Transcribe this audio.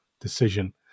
decision